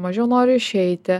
mažiau noriu išeiti